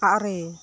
ᱟᱨᱮ